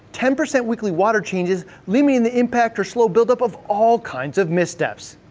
ten percent weekly water changes limiting the impact or slow buildup of all kinds of missteps.